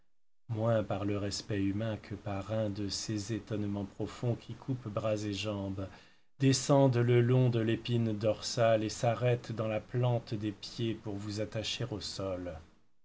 moins par le respect humain que par un de ces étonnements profonds qui coupent bras et jambes descendent le long de l'épine dorsale et s'arrêtent dans la plante des pieds pour vous attacher au sol